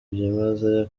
byimazeyo